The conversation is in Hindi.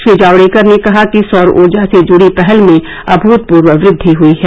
श्री जायडेकर ने कहा कि सौर ऊर्जा से जुडी पहल में अभूतपूर्व वृद्धि हुई है